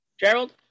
Gerald